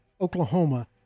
Oklahoma